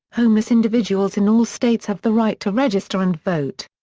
homeless individuals in all states have the right to register and vote.